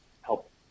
help